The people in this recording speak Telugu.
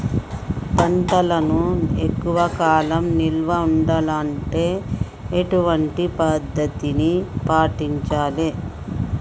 పంటలను ఎక్కువ కాలం నిల్వ ఉండాలంటే ఎటువంటి పద్ధతిని పాటించాలే?